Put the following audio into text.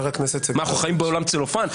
אנחנו חיי בעולם צלופן?